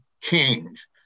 change